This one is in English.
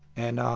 and.